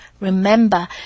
remember